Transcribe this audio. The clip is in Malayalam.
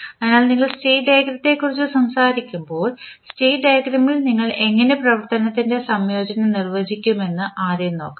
അതിനാൽ നിങ്ങൾ സ്റ്റേറ്റ് ഡയഗ്രാമിനെക്കുറിച്ച് സംസാരിക്കുമ്പോൾ സ്റ്റേറ്റ് ഡയഗ്രാമിൽ നിങ്ങൾ എങ്ങനെ പ്രവർത്തനത്തിൻറെ സംയോജനം നിർവചിക്കുമെന്ന് ആദ്യം നോക്കാം